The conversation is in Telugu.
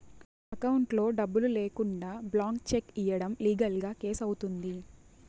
అకౌంట్లో డబ్బులు లేకుండా బ్లాంక్ చెక్ ఇయ్యడం లీగల్ గా కేసు అవుతుంది